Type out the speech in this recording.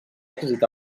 èxit